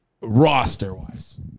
Roster-wise